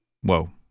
Whoa